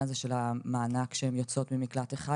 הזה של המענק כשהן יוצאות ממקלט אחד,